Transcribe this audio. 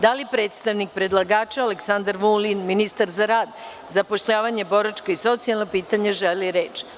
Da li predstavnik predlagača Aleksandar Vulin, ministar za rad, zapošljavanje, boračka i socijalna pitanja, želi reč?